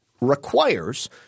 requires